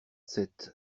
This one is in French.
sept